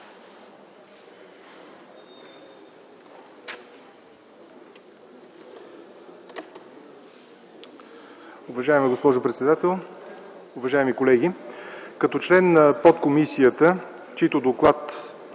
Уважаема госпожо председател, уважаеми колеги! Като член на подкомисията, чийто доклад